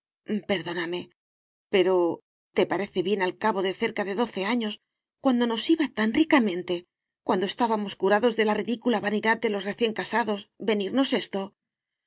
perdóname pero te parece bien al cabo de cerca de doce años cuando nos iba tan ricamente cuando estábamos curados de la ridícula vanidad de los recién casados venirnos esto